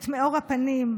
את מאור הפנים,